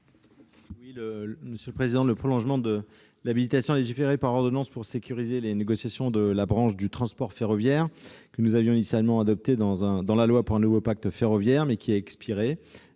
commission ? Le prolongement de l'habilitation à légiférer par ordonnance pour sécuriser les négociations de la branche du transport ferroviaire, disposition que nous avions initialement adoptée dans la loi pour un nouveau pacte ferroviaire, mais qui a expiré,